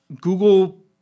Google